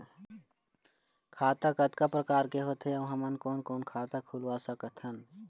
खाता कतका प्रकार के होथे अऊ हमन कोन कोन खाता खुलवा सकत हन?